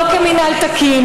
לא במינהל תקין.